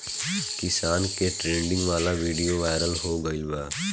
किसान के ट्रेनिंग वाला विडीओ वायरल हो गईल बा